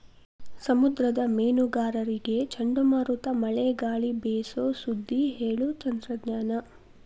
ಸಮುದ್ರದ ಮೇನುಗಾರರಿಗೆ ಚಂಡಮಾರುತ ಮಳೆ ಗಾಳಿ ಬೇಸು ಸುದ್ದಿ ಹೇಳು ತಂತ್ರಜ್ಞಾನ